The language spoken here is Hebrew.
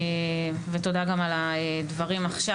ותודה גם על הדברים עכשיו.